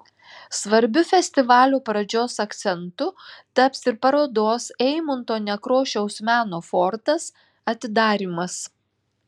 svarbiu festivalio pradžios akcentu taps ir parodos eimunto nekrošiaus meno fortas atidarymas